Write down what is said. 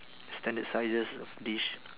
standard sizes of dish